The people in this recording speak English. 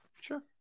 sure